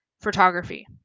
photography